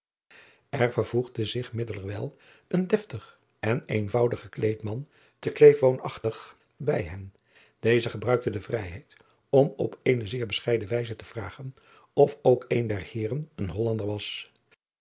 r vervoegde zich middelerwijl een deftig en eenvoudig gekleed man te leef woonachtig bij hen deze gebruikte de vrijheid om op eene zeer bescheiden wijze te vragen of ook een der eeren een ollander was